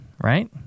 right